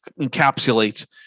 encapsulates